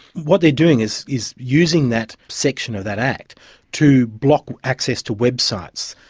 what they're doing is is using that section of that act to block access to websites,